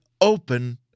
open